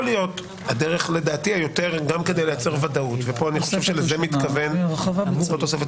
להיות גם כדי לייצר ודאות -- תוספת ראשונה --- לא תוספת